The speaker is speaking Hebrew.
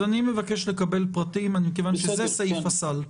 אני מבקש לקבל פרטים מכיוון שזה סעיף הסל.